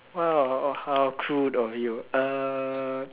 !wow! how crude of you uh